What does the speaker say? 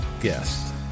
guest